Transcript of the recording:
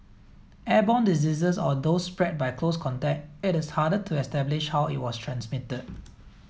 airborne diseases or those spread by close contact it is harder to establish how it was transmitted